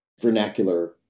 vernacular